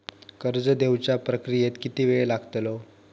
कर्ज देवच्या प्रक्रियेत किती येळ लागतलो?